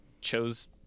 chose